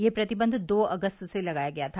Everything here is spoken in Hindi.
यह प्रतिबंध दो अगस्त से लगाया गया था